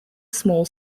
small